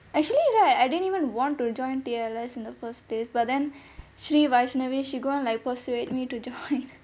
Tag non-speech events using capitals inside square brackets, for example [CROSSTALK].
actually right I didn't even want to join T_L_S in the first place but then shri vaishnavi she go and like persuade me to join [LAUGHS]